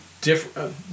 different